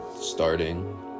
starting